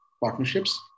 partnerships